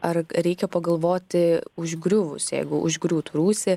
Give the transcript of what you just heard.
ar reikia pagalvoti užgriuvus jeigu užgriūtų rūsį